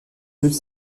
deux